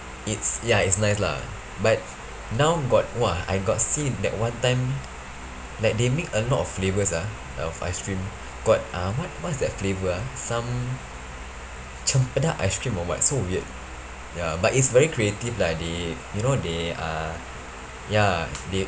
it's ya it's nice lah but now got !wah! I got see that one time like they make a lot of flavours ah of ice cream got uh what what's that flavour ah some cempedak ice cream or what so weird ya but it's very creative lah they you know they uh ya they